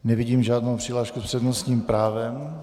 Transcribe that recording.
Nevidím žádnou přihlášku s přednostním právem.